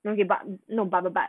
no K but no but but but